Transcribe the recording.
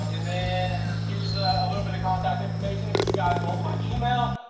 and then here's a. little bit of contact information, if you guys want my email,